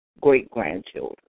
great-grandchildren